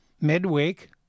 midweek